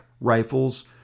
rifles